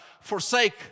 forsake